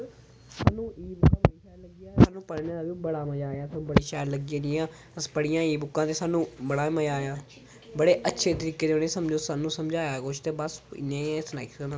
सानू पढ़ने दा बी बड़ा मज़ा आया ते बड़ी शैल लग्गी ऐ अस पढ़ियां एह् बुक्कां ते सानू ते बड़ा मज़ा आया बड़े अच्छे तरीके दे उ'नें सानू समझाया कुछ ते बस इ'न्नी गै सुनाई सकनां